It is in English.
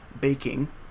baking